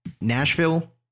Nashville